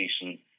decent